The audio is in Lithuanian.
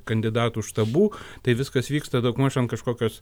kandidatų štabų tai viskas vyksta daugmaž ant kažkokios